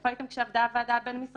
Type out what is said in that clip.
איפה הייתם כשעבדה הוועדה הבין-משרדית?